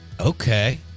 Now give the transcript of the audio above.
Okay